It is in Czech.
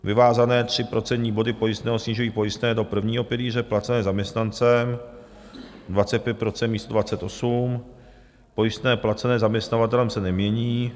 Vyvázané 3 procentní body pojistného snižují pojistné do prvního pilíře placené zaměstnancem 25 % místo 28, pojistné placené zaměstnavatelem se nemění.